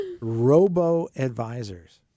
Robo-advisors